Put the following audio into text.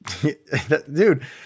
dude